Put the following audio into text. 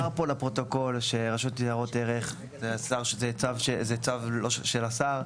נאמר פה לפרוטוקול שרשות ניירות ערך זה צו של השר,